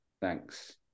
Thanks